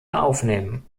aufnehmen